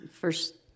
first